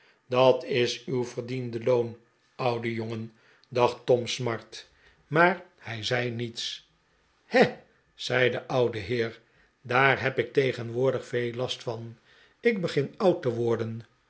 dat is uw verdiende loon oude jongen dacht tom smart maar hij zei niets he zei de oude heer daar heb ik tegenwoordig veel last van ik begin oud te worden